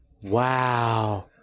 Wow